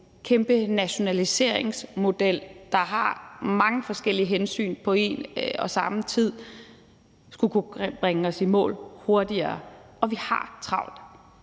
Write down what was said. kæmpe nationaliseringsmodel, der har mange forskellige hensyn på en og samme tid, skulle kunne bringe os i mål hurtigere, og vi har travlt.